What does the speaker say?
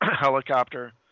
helicopter